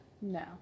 No